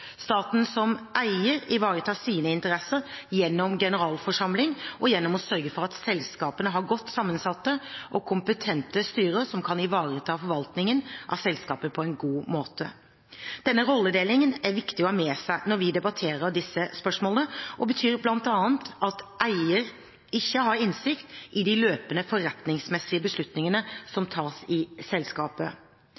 Staten som eier ivaretar sine interesser gjennom generalforsamling og gjennom å sørge for at selskapene har godt sammensatte og kompetente styrer som kan ivareta forvaltningen av selskapet på en god måte. Denne rolledelingen er viktig å ha med seg når vi debatterer disse spørsmålene, og betyr bl.a. at eier ikke har innsikt i de løpende forretningsmessige beslutningene som